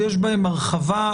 יש הרחבה,